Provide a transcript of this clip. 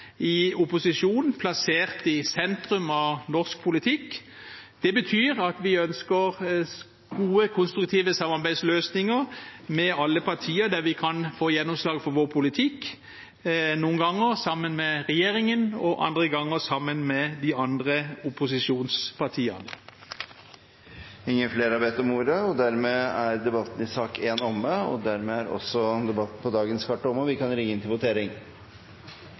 i opposisjon, plassert i sentrum av norsk politikk. Det betyr at vi ønsker gode, konstruktive samarbeidsløsninger med alle partier der vi kan få gjennomslag for vår politikk, noen ganger sammen med regjeringen og andre ganger sammen med de andre opposisjonspartiene. Flere har ikke bedt om ordet til sak nr. 1. Da er Stortinget klar til å gå til votering.